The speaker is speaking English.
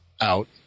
out